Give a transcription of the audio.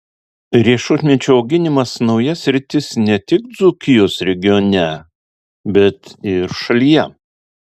riešutmedžių auginimas nauja sritis ne tik dzūkijos regione bet ir šalyje